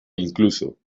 incluso